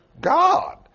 God